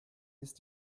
ist